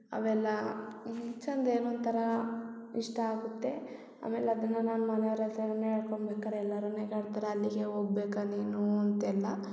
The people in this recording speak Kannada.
ಅವೆಲ್ಲ ಚಂದ ಏನೋ ಒಂಥರ ಇಷ್ಟ ಆಗುತ್ತೆ ಆಮೇಲೆ ಅದನ್ನ ನಾನು ಮನೆಯವ್ರು ಹತ್ರ ನಾನು ಹೇಳ್ಕೊಬೇಕಾರೆ ಎಲ್ಲಾರು ನೆಗ್ಯಾಡ್ತಾರೆ ಅಲ್ಲಿಗೆ ಹೋಗ್ಬೇಕ ನೀನು ಅಂತೆಲ್ಲ